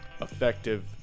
effective